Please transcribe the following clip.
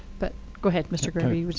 but go ahead, mr. gregory. would